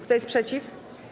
Kto jest przeciw?